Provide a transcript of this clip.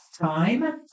time